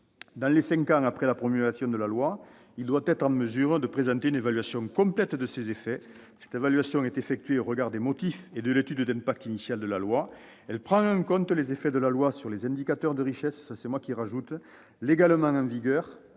Dans les cinq ans après la promulgation de la loi, il doit être en mesure de présenter une évaluation complète de ses effets. Cette évaluation est effectuée au regard des motifs et de l'étude d'impact initiale de la loi. Elle prend en compte les effets de la loi sur les indicateurs de richesse légalement en vigueur